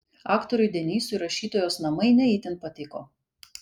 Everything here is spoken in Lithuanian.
aktoriui denysui rašytojos namai ne itin patiko